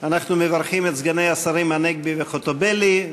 אנחנו מברכים את סגני השרים הנגבי וחוטובלי.